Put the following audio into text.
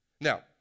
Now